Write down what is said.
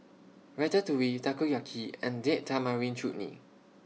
Ratatouille Takoyaki and Date Tamarind Chutney